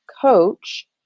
coach